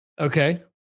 Okay